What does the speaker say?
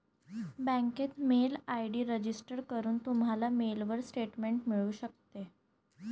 बँकेत mail ID register करून, तुम्हाला मेलवर स्टेटमेंट मिळू शकते